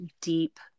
deep